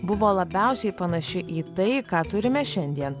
buvo labiausiai panaši į tai ką turime šiandien